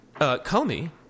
Comey